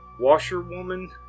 washerwoman